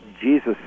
Jesus